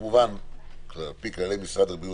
כמובן על פי כללי משרד הבריאות,